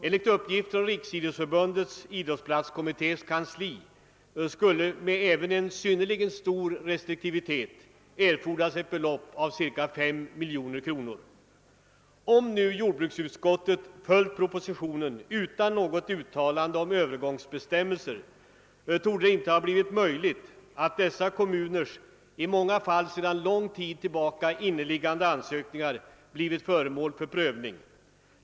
Enligt uppgift från = Riksidrottsförbundets idrottsplatskommittés kansli skulle det iven med en synnerligen stor restrikiivitet erfordras ett belopp av cirka 5 miljoner kronor. Om nu jordbruksutskottet följt propositionen utan något uttalande om övergångsbestämmelser torde dessa kommuners i många fall sedan lång tid tillbaka inneliggande ansökningar inte ha kunnat bli föremål för prövning.